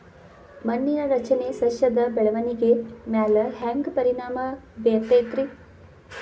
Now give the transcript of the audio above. ಮಣ್ಣಿನ ರಚನೆ ಸಸ್ಯದ ಬೆಳವಣಿಗೆ ಮ್ಯಾಲೆ ಹ್ಯಾಂಗ್ ಪರಿಣಾಮ ಬೇರತೈತ್ರಿ?